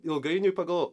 ilgainiui pagalvojau